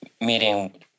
meeting